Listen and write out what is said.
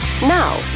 Now